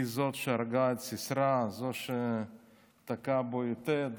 היא זאת שהרגה את סיסרא, שתקעה בו יתד,